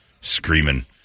screaming